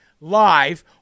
live